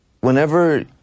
Whenever